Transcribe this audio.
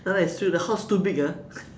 ya lah it's true the house too big ah